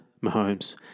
Mahomes